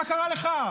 מה קרה לך?